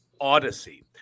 Odyssey